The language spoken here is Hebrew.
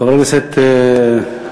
חבר הכנסת אזולאי.